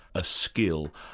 a skill?